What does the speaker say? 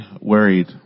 worried